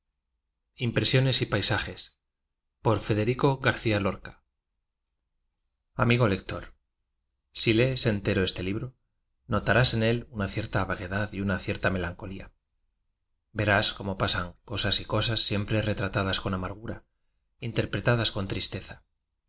m go lecto si lees entero este libro rofñl as en él una cierta vaguedad y una cieira nielancolía verás cómo pasan cosas sas siempre retratadas con amargura interpretadas con tristeza